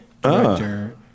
director